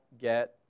get